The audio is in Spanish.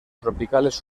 tropicales